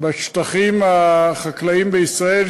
בשטחים החקלאיים בישראל,